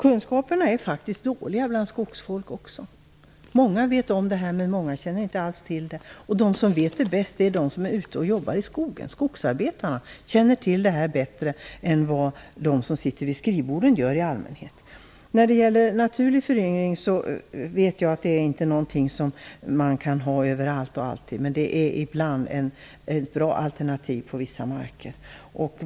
Kunskaperna är faktiskt dåliga också bland skogsfolk. Många vet om det här, men det är också många som inte alls känner till det. De som vet bäst är de som jobbar ute i skogen. Skogsarbetarna känner till det här bättre än de i allmänhet gör som sitter vid sina skrivbord. Jag vet att naturlig föryngring inte går att ha överallt och alltid. Men på vissa marker är den ibland ett bra alternativ.